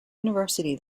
university